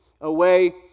away